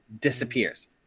disappears